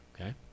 okay